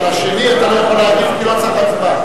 על השני אתה לא יכול להגיב, כי לא צריך הצבעה.